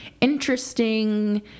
interesting